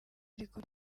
ariko